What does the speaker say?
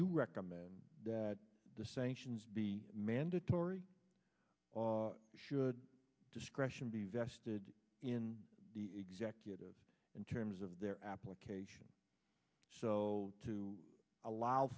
you recommend that the sanctions be mandatory or should discretion be vested in the executive in terms of their application so to allow